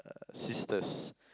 sisters